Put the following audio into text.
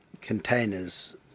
containers